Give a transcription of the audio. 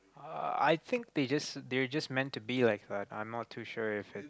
ah I think they just they're just meant to be like but I'm not too sure if it's